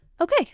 okay